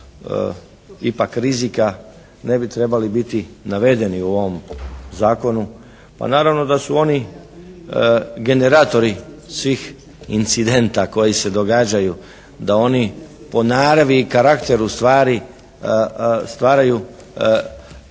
ipak rizika ne bi trebali biti navedeni u ovom zakonu. Pa naravno da su oni generatori svih incidenta koji se događaju da oni po naravi i karakteru stvari stvaraju